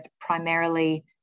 primarily